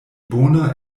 bona